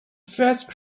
first